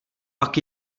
pak